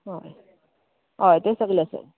हय हय तें सगलें आसा